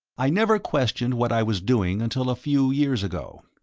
i never questioned what i was doing until a few years ago.